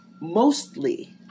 Mostly